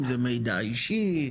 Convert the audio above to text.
זה מידע אישי?